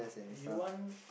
you want